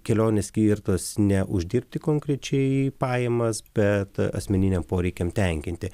kelionės skirtos ne uždirbti konkrečiai pajamas bet asmeniniam poreikiam tenkinti